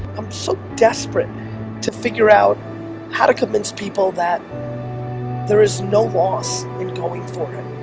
i'm so desperate to figure out how to convince people that there is no loss in going for it.